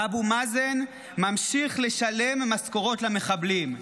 ואבו מאזן ממשיך לשלם משכורות למחבלים,